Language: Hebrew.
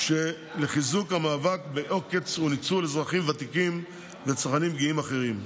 מהלך לחיזוק המאבק בעוקץ וניצול אזרחי ותיקים וצרכנים פגיעים אחרים.